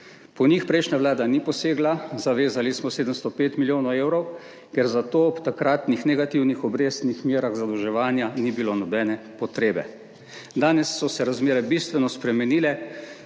Po njih prejšnja vlada ni posegla, zavezali smo 705 milijonov evrov, ker za to ob takratnih negativnih obrestnih merah zadolževanja ni bilo nobene potrebe. Danes so se razmere bistveno spremenile,